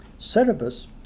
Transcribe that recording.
Cerebus